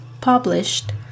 published